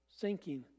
sinking